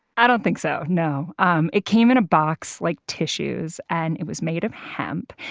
i don't think so, no. um it came in a box like tissues and it was made of hemp.